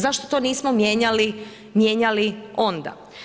Zašto to nismo mijenjali onda?